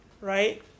right